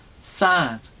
sad